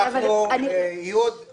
אנחנו לא דנים בנושא של רשלנות בנסיבות מחמירות,